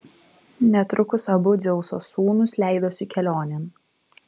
netrukus abu dzeuso sūnūs leidosi kelionėn